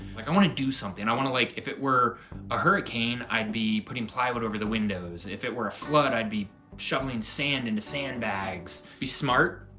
like i want to do something. i wanna like, if it were a hurricane, i'd be putting plywood over the windows. if it were a flood, i'd be shoveling sand into sandbags. be smart,